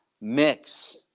mix